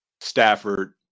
Stafford